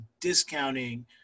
discounting